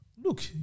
Look